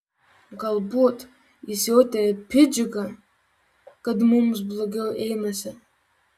galbūt jis jautė piktdžiugą kad mums blogiau einasi